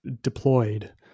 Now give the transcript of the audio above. deployed